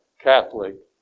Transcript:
Catholic